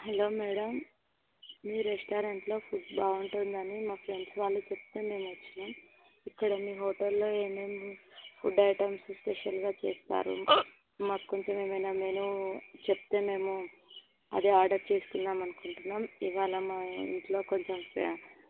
hello madam మీ రెస్టారెంట్లో food బాగుంటుంది అని మా ఫ్రెండ్స్ వాళ్ళు చెప్తే మేము వచ్చాము ఇక్కడ మీ హోటల్లో ఏమి ఏమి ఫుడ్ ఐటమ్స్ స్పెషల్గా చేస్తారు మాకు కొంచెం ఏమైనా మెనూ చెప్తే మేము అదే ఆర్డర్ చేసుకుందాం అనుకుంటున్నాము ఇవాళ మా ఇంట్లో కొంచెం ప్యా